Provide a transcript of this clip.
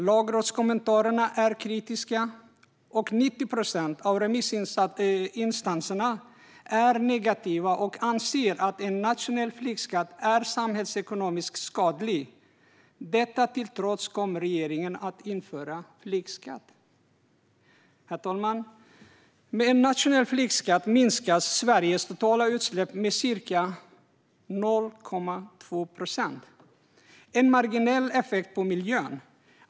Lagrådskommentarerna är kritiska, och 90 procent av remissinstanserna är negativa och anser att en nationell flygskatt är samhällsekonomiskt skadlig. Detta till trots kommer regeringen att införa en flygskatt. Herr talman! Med en nationell flygskatt minskar Sveriges totala utsläpp med ca 0,2 procent - det är en marginell effekt på miljön.